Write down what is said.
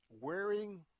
wearing